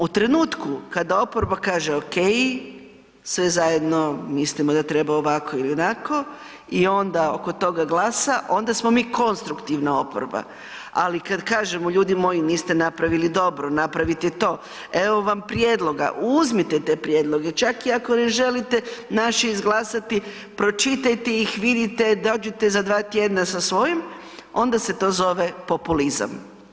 U trenutku kada oporba kaže ok, sve zajedno mislimo da treba ovako ili onako i onda oko toga glasa onda smo mi konstruktivna oporba, ali kad kažemo ljudi moji niste napravili dobro, napravite to, evo vam prijedloga, uzmite te prijedloge, čak i ako ne želite naše izglasati pročitajte ih vidite, dođite za 2 tjedna sa svojim onda se to zove populizam.